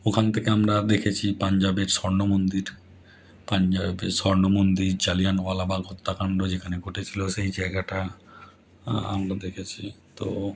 ওখান থেকে আমরা দেখেছি পাঞ্জাবের স্বর্ণ মন্দির পাঞ্জাবের স্বর্ণ মন্দির জালিয়ানওয়ালাবাগ হত্যাকাণ্ড যেখানে ঘটেছিল সেই জায়াগাটা আমরা দেখেছি তো